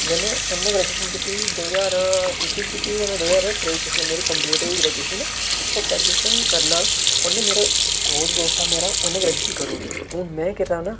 जानि इ'न्नै ग्रैजुएशन कीती दो ज्हार इक्की च कीती ही ते में दो ज्हार त्रेई च इसलै मेरी कम्पलीट होई गेदी ग्रैजुएशन होर ग्रैजुएशन करना उन मेरा क्लोज दोस्त हा मेरा उ'न्नै ग्रैजुएशन कराई ओड़ी हून में करै ना